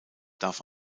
darf